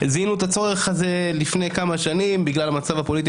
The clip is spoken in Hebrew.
זיהינו את הצורך הזה לפני כמה שנים בגלל המצב הפוליטי